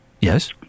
Yes